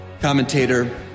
commentator